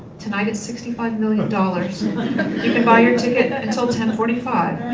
tonight it's sixty five million dollars. you can buy your ticket until ten forty five.